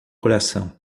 coração